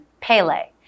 Pele